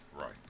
Right